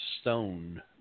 stone